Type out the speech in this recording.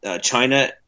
China